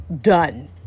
done